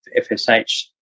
FSH